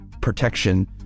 protection